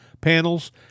panels